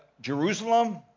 Jerusalem